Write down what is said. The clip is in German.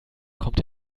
kommt